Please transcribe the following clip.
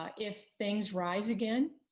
ah if things rise again,